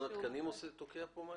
התקנים תוקע פה משהו?